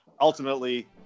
Ultimately